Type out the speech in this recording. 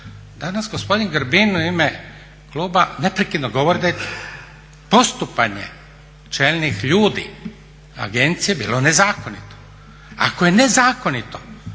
Danas gospodin Grbin u ime kluba neprekidno govori da je postupanje čelnih ljudi agencije bilo nezakonito. Ako je nezakonito